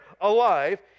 alive